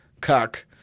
Cock